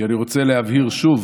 כי אני רוצה להבהיר שוב